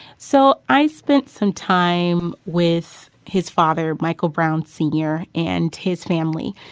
so i spent some time with his father, michael brown sr, and his family.